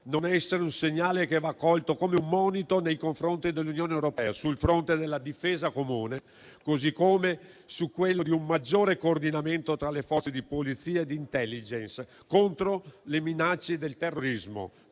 non essere un segnale che va colto come un monito nei confronti dell'Unione europea sul fronte della difesa comune, così come su quello di un maggior coordinamento tra le Forze di polizia e di *intelligence* contro le minacce del terrorismo,